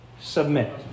submit